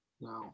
No